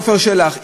עפר שלח,